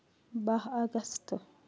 باہ اَگست